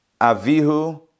Avihu